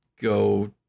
go